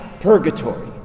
purgatory